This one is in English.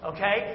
Okay